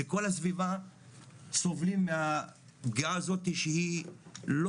זה כל הסביבה סובלים מהפגיעה הזאת שהיא לא